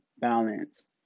balance